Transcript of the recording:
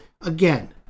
again